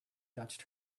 touched